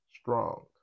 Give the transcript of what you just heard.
Strong